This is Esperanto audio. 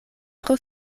tro